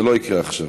זה לא יקרה עכשיו.